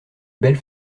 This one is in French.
belle